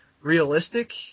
realistic